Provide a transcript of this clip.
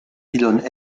pylônes